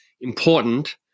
important